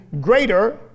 greater